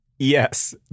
Yes